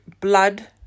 blood